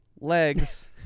legs